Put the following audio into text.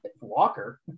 Walker